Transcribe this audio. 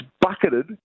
bucketed